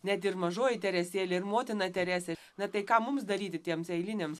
net ir mažoji teresėlė ir motina teresė na tai ką mums daryti tiems eiliniams